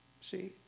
See